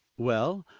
well?